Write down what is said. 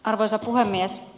arvoisa puhemies